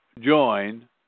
join